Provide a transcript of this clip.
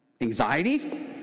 anxiety